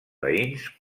veïns